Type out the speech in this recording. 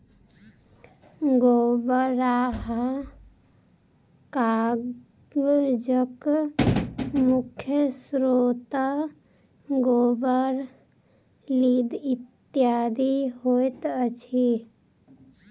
गोबराहा कागजक मुख्य स्रोत गोबर, लीद इत्यादि होइत अछि